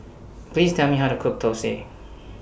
Please Tell Me How to Cook Thosai